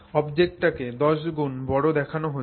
অবজেক্টটাকে 10 গুণ বড় দেখানো হচ্ছে